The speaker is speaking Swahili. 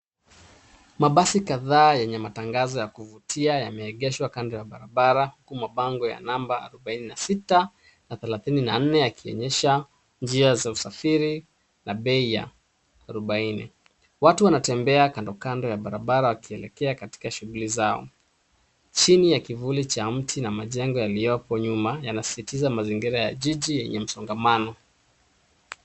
Mabasi kadhaa yenye matangazo ya kuvutia yameegeshwa kando ya barabara huku mabango ya namba arubaini na sita na thelathini na nne yakionyesha njia za usafiri na bei ya arubaine. Watu wanatembea kando kando ya barabara wakielekea katika shughuli zao. Chini ya kivuli cha mti na majengo yaliyopo nyuma yanasisitiza mazingira ya jiji yenye msongamano.